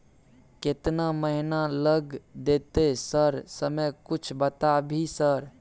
केतना महीना लग देतै सर समय कुछ बता भी सर?